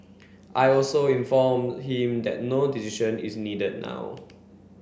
I also inform him that no decision is needed now